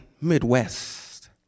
Midwest